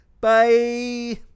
Bye